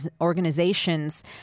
organizations